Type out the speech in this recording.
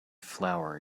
flower